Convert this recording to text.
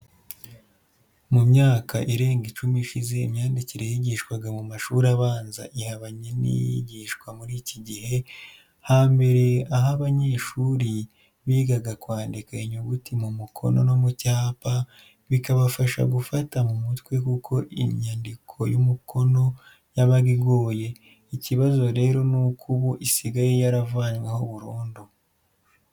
Mu myaka irenga icumi ishize imyandikire yigishwaga mu mashuri abanza ihabanye n'iyigishwa muri iki gige, hambere aha abanyeshuri bigaga kwandika inyuguti mu mukono no mu cyapa bikabafasha gufata mu mutwe kuko inyandiko y'umukono yabaga igoye, ikibazo rero ni uko ubu isigaye yaravanyweho burundu.